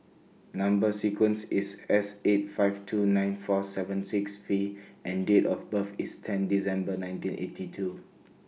Number sequence IS S eight five two nine four seven six V and Date of birth IS ten December nineteen eighty two